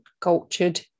cultured